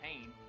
pain